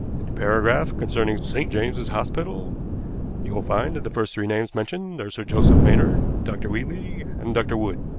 in the paragraph concerning st. james's hospital you will find that the first three names mentioned are sir joseph maynard, dr. wheatley, and dr. wood.